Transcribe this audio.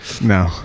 No